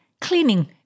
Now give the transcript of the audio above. cleaning